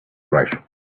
right